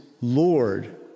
Lord